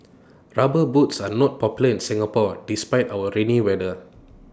rubber boots are not popular in Singapore despite our rainy weather